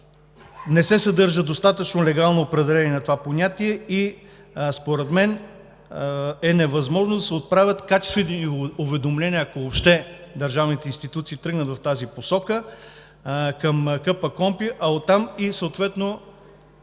не се съдържа достатъчно легално определение за него. Според мен е невъзможно да се отправят качествени уведомления, ако въобще държавните институции тръгнат в тази посока към Комисията